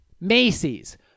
Macy's